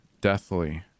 deathly